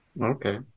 Okay